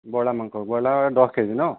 broiler মাংস broiler দহ KG ন